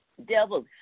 devils